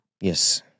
Yes